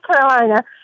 Carolina